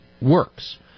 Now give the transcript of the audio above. works